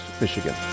Michigan